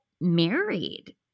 married